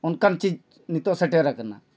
ᱚᱱᱠᱟᱱ ᱱᱤᱛᱳᱜ ᱥᱮᱴᱮᱨ ᱟᱠᱟᱱᱟ